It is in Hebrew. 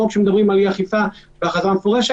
אני מבין שאין לנו משטרה אחרת והמשטרה באמת צריכה לעשות את עבודתה.